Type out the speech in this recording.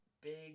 big